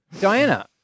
Diana